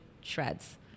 shreds